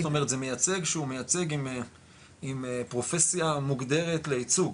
זאת אומרת זה מייצג שהוא מייצג עם פרופסיה מוגדרת לייצוג,